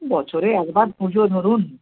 বছরে একবার পুজো ধরুন